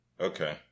Okay